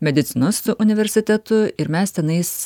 medicinos universitetu ir mes tenais